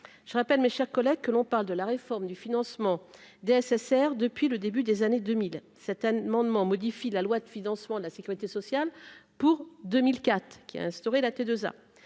je rappelle mes chers collègues, que l'on parle de la réforme du financement de SSR depuis le début des années 2007 amendement modifie la loi de financement de la Sécurité sociale pour 2004, qui a instauré la T2A,